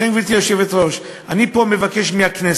לכן, גברתי היושבת-ראש, אני פה מבקש מהכנסת